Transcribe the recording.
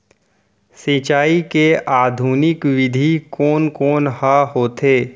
सिंचाई के आधुनिक विधि कोन कोन ह होथे?